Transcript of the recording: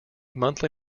monthly